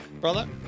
Brother